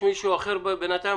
הוא יקרה בגלל משפט ולחץ בינלאומי.